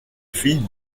fille